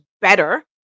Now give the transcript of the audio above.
better